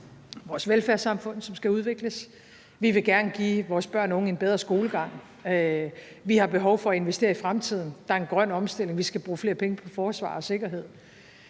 vores velfærdssamfund, som skal udvikles. Vi vil gerne give vores børn og unge en bedre skolegang. Vi har behov for at investere i fremtiden. Der er en grøn omstilling. Vi skal bruge flere penge på forsvar og sikkerhed.